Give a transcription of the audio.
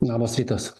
labas rytas